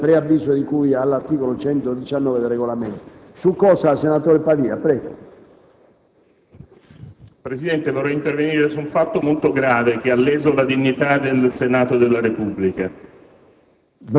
Presidente, intervengo per denunciare un fatto molto grave che ha leso la dignità del Senato della Repubblica.